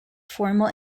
formal